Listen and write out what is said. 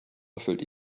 erfüllt